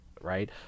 Right